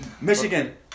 Michigan